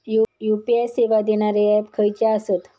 UPI सेवा देणारे app खयचे आसत?